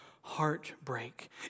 heartbreak